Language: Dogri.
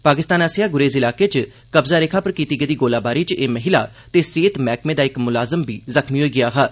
पाकिस्तान आस्सेआ गुरेज ईलाकें च कब्जा रेखा पर कीती गेदी गोलाबारी च एह् महिला ते सेहत मैह्कमें दा इक मुलाजम बी जख्मी होई गेआ हा